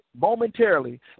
momentarily